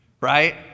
right